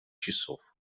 часов